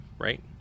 right